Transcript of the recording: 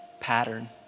pattern